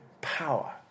power